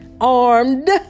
armed